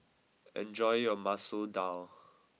enjoy your Masoor Dal